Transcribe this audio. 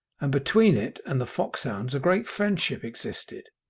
and between it and the foxhounds a great friendship existed.